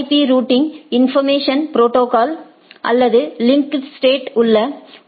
B routing information protocol அல்லது link ஸ்டேட்யில் உள்ள ஓ